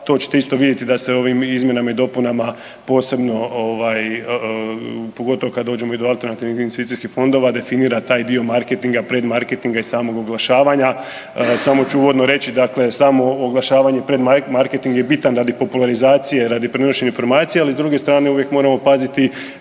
To ćete isto vidjeti da se ovim izmjenama i dopunama posebno, pogotovo kada dođemo i do alternativnih investicijskih fondova definira taj dio marketinga, predmarketinga i samog oglašavanja. Samo ću uvodno reći samo oglašavanje predmarketing je bitan radi popularizacije, radi prenošenja informacija, ali s druge strane uvijek moramo paziti